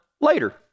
later